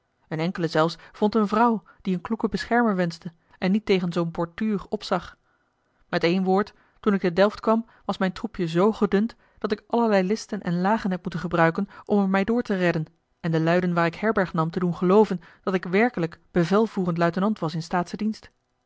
een enkele zelfs vond eene vrouw die een kloeken beschermer wenschte en niet tegen zoo'n portuur opzag met één woord toen ik te delft kwam was mijn troepje z gedund dat ik allerlei listen en lagen heb moeten gebruiken om er mij door te redden en de luiden waar ik herberg nam te doen gelooven dat ik werkelijk bevelvoerend luitenant was in staatschen dienst